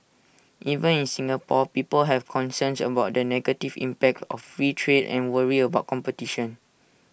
even in Singapore people have concerns about the negative impact of free trade and worry about competition